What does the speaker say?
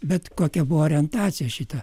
bet kokia buvo orientacija šita